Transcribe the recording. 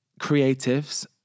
creatives